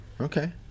okay